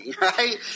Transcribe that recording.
right